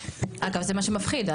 אגב, זה מה שמפחיד.